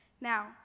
Now